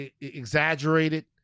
exaggerated